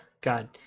god